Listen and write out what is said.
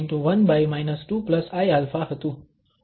તો તેનો ઉપયોગ અહીં થાય છે